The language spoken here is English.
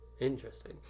Interesting